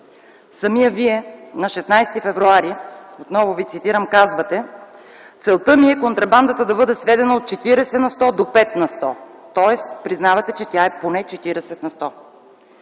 Самият Вие на 16 февруари 2010 г., отново Ви цитирам, казвате: „Целта ми е контрабандата да бъде сведена от 40 на сто до 5 на сто.” Тоест признавате, че тя е поне 40 на сто.